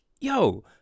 yo